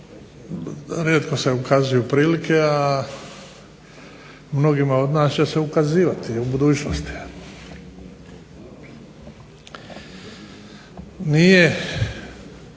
rijetko se ukazuju prilike a mnogima od nas će se ukazivati u budućnosti. Nije